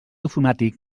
ofimàtic